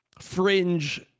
fringe